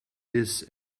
this